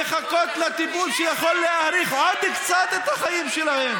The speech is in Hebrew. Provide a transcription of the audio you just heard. נשים שמחכות לטיפול שיכול להאריך עוד קצת את החיים שלהן,